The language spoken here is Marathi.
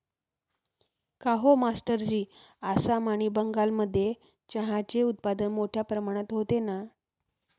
काहो मास्टरजी आसाम आणि बंगालमध्ये चहाचे उत्पादन मोठया प्रमाणात होते ना